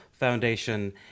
foundation